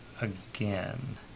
again